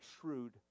shrewd